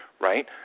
right